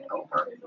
over